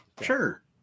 sure